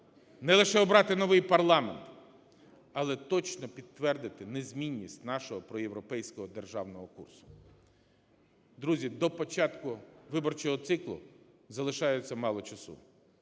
не лише обрати новий парламент, але точно підтвердити незмінність нашого проєвропейського державного курсу. Друзі, до початку виборчого циклу залишається мало часу.